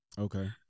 Okay